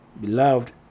Beloved